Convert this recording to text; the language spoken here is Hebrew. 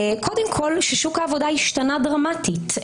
קודם כול, שוק העבודה השתנה דרמטית.